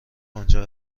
آنجا